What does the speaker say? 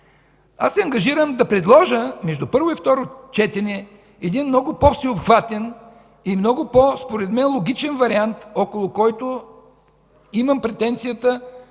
Аз се ангажирам да предложа между първо и второ четене един много по-всеобхватен и много по-логичен, според мен, вариант, около който имам претенцията да